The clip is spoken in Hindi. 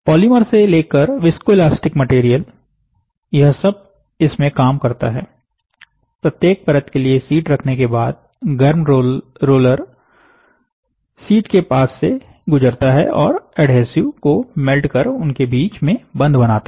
पॉलीमर से लेकर विस्कोएलास्टिक मटेरियल यह सब इसमें काम करता है प्रत्येक परत के लिए शीट रखने के बाद गर्म रोलर शीट के पास से गुजरता है और एडहेसिव को मेल्ट कर उनके बीच में बंध बनाता है